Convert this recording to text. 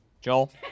Joel